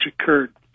occurred